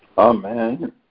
Amen